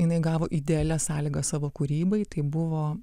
jinai gavo idealias sąlygas savo kūrybai tai buvo